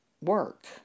work